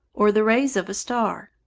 or the rays of a star.